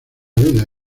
vida